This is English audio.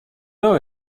know